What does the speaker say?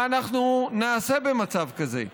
מה אנחנו נעשה במצב כזה?